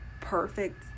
perfect